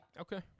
Okay